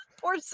Poor